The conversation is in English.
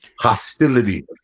hostility